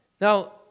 Now